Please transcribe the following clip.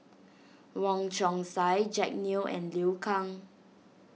Wong Chong Sai Jack Neo and Liu Kang